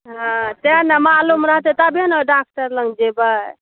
हँ तहि ने मालुम रहतै तबे ने ओहि डाक्टर लग जेबै